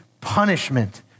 punishment